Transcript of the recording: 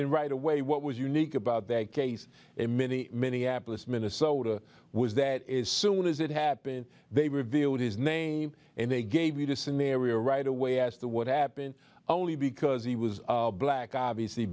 and right away what was unique about that case a mini minneapolis minnesota was that is soon as it happened they revealed his name and they gave you the scenario right away as to what happened only because he was black obviously